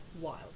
Wild